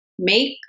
make